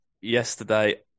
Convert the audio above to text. yesterday